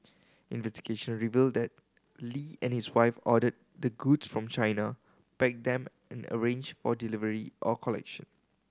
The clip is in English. investigation revealed that Lee and his wife ordered the goods from China packed them and arranged for delivery or collection